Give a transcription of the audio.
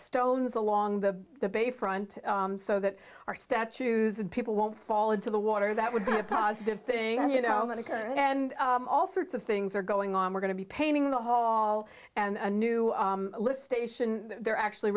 stones along the the bay front so that our statues and people won't fall into the water that would be a positive thing you know and all sorts of things are going on we're going to be painting the hall and new station they're actually